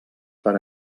per